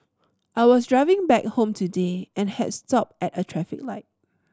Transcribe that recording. I was driving back home today and had stopped at a traffic light